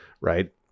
Right